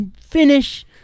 finish